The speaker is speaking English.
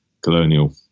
colonial